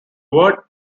word